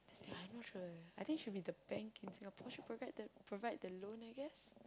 that's the thing I not sure eh I think should be the bank in Singapore should provide that provide the loan I guess